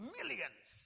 Millions